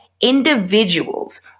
individuals